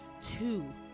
two